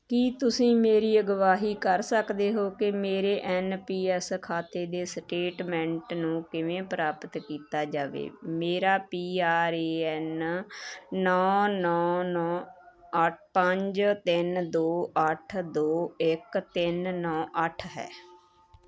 ਕੀ ਤੁਸੀਂ ਮੇਰੀ ਅਗਵਾਈ ਕਰ ਸਕਦੇ ਹੋ ਕਿ ਮੇਰੇ ਐੱਨ ਪੀ ਐੱਸ ਖਾਤੇ ਦੇ ਸਟੇਟਮੈਂਟ ਨੂੰ ਕਿਵੇਂ ਪ੍ਰਾਪਤ ਕੀਤਾ ਜਾਵੇ ਮੇਰਾ ਪੀ ਆਰ ਏ ਐੱਨ ਨੌਂ ਨੌਂ ਨੌਂ ਅ ਪੰਜ ਤਿੰਨ ਦੋ ਅੱਠ ਦੋ ਇੱਕ ਤਿੰਨ ਨੌਂ ਅੱਠ ਹੈ